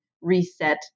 reset